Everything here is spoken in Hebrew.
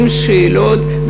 עם שאלות,